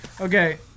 Okay